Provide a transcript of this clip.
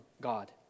God